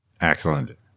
Excellent